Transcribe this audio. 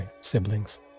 siblings